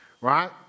Right